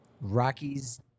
Rockies